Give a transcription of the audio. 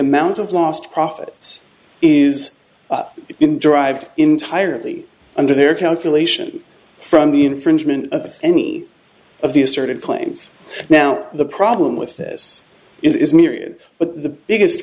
amount of lost profits is in derived entirely under their calculation from the infringement of any of these shirted claims now the problem with this is myriad but the biggest